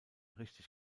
richtig